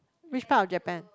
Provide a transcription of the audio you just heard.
which part of Japan